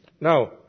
Now